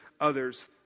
others